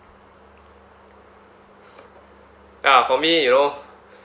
ah for me you know